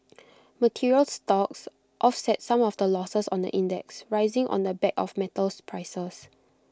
materials stocks offset some of the losses on the index rising on the back of metals prices